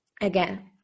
again